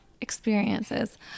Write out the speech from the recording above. experiences